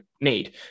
need